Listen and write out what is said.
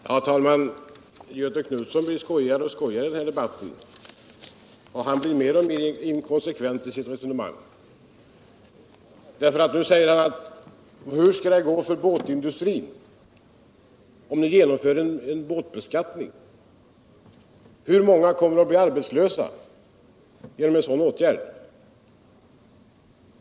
Herr talman! Göthe Knutson blir skojigare och skojigare i den här debatten, och han blir mer och mer inkonsekvent i sitt resonemang. Nu säger han: Hur skall det gå för båttillverkningsindustrin, om vi genomför en båtbeskattning? Hur många kommer att bli arbetslösa genom en sådan åtgärd?